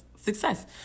success